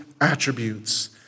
attributes